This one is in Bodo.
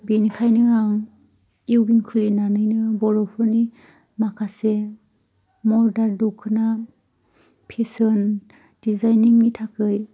बेनिखायनो आं उवेभिं खुलिनानैनो बर'फोरनि माखासे मडार्न दख'ना फेसन डिजाइनिंनि थाखाय